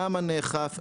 כמה נאכף,